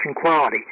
quality